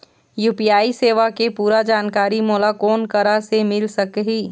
UPI सेवा के पूरा जानकारी मोला कोन करा से मिल सकही?